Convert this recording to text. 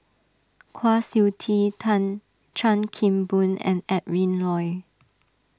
Kwa Siew Tee tan Chan Kim Boon and Adrin Loi